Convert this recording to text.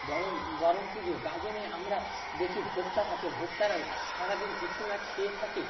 বড় বড়ম পুজো গাজনে আমরা দেখি ভোক্তা থাকে ভোক্তারাও সারা দিন কিছু না খেয়ে থাকে